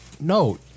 No